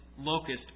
locust